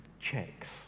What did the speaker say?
Checks